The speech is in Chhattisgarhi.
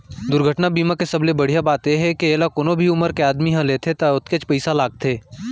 दुरघटना बीमा के सबले बड़िहा बात ए हे के एला कोनो भी उमर के आदमी ह लेथे त ओतकेच पइसा लागथे